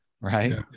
right